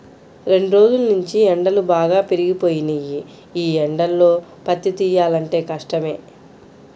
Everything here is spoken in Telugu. రెండ్రోజుల్నుంచీ ఎండలు బాగా పెరిగిపోయినియ్యి, యీ ఎండల్లో పత్తి తియ్యాలంటే కష్టమే